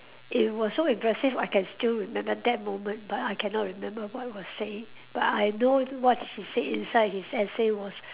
it was so impressive I can still remember that moment but I cannot remember what was said but I know what he said inside his essay was